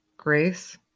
Grace